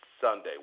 Sunday